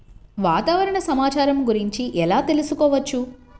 వాతావరణ సమాచారము గురించి ఎలా తెలుకుసుకోవచ్చు?